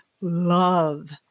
love